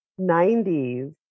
90s